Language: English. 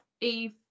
Eve